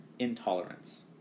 intolerance